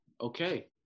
okay